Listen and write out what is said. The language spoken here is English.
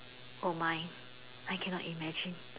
oh my I cannot imagine